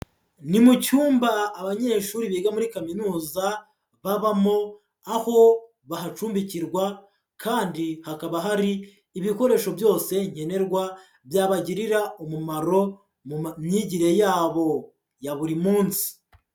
Ni mu cyumba abanyeshuri biga muri kaminuza babamo, aho bahacumbikirwa kandi hakaba hari ibikoresho byose nkenerwa byabagirira umumaro mu myigire yabo ya buri munsi.